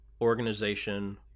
organization